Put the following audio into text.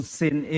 sin